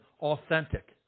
authentic